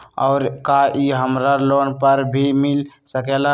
और का इ हमरा लोन पर भी मिल सकेला?